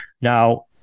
Now